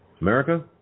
America